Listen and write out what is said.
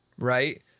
Right